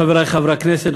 חברי חברי הכנסת,